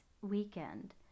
weekend